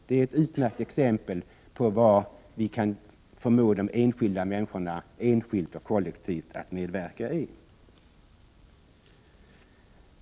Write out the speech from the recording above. Det är ett utmärkt exempel på vad vi kan förmå de enskilda människorna, enskilt och kollektivt, att medverka i.